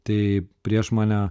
tai prieš mane